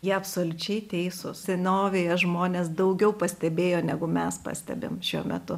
jie absoliučiai teisūs senovėje žmonės daugiau pastebėjo negu mes pastebim šiuo metu